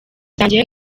zanjye